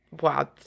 Wow